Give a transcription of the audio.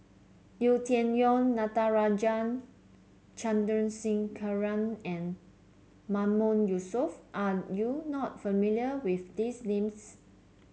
Yau Tian Yau Natarajan Chandrasekaran and Mahmood Yusof are you not familiar with these names